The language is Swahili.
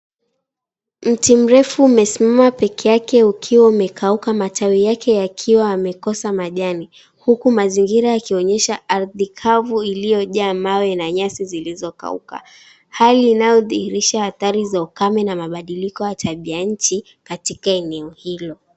Mtu mrefuu umesimama pekee yake ukiwa umekauka, matawi yake yakiwa yamekosa majani. Huku mazingira yakionyesha ardhi kavu iliyojaa mawe na nyasi zilizokauka. Hali inayodhirisha hadhari za ukame na mabadilko ya tabia nchi katika eneo hilo.